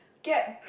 get